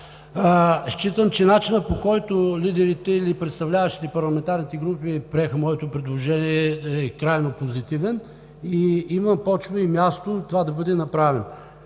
Считам, че начинът, по който лидерите или представляващите парламентарните групи приеха моето предложение, е крайно позитивен и има почва и място това да бъде направено.